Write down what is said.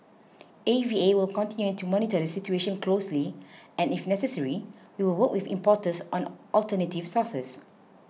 A V A will continue to monitor the situation closely and if necessary we will work with importers on alternative sources